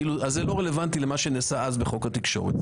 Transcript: אז זה לא רלוונטי למה שנעשה אז בחוק התקשורת.